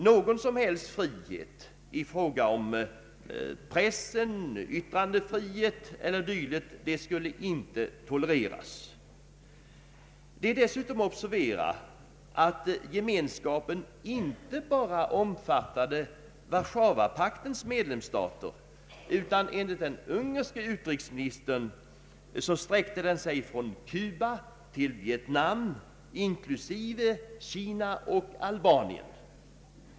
Någon som helst frihet i fråga om press, yttrandefrihet eller dylikt skulle inte tolereras. Det är dessutom att observera att gemenskapen inte bara omfattade Warszawapaktens medlemsstater, utan enligt den ungerske utrikesministern sträckte den sig ”från Cuba till Vietnam, inklusive Kina och Albanien”.